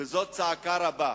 וזאת צעקה רבה,